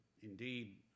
Indeed